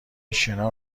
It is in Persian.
شنا